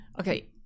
okay